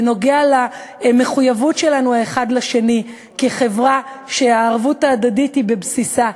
זה נוגע במחויבות שלנו זה לזה כחברה שהערבות ההדדית היא בבסיסה,